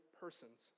persons